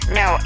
no